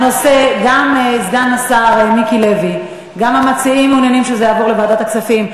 גם סגן השר מיקי לוי וגם המציעים מעוניינים שזה יעבור לוועדת הכספים,